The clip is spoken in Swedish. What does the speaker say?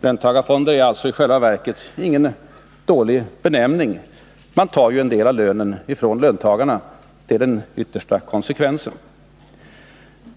Löntagarfonder är alltså i själva verket ingen dålig benämning. Man tar en del av lönen från löntagarna — det är den yttersta konsekvensen.